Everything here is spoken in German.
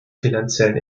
finanziellen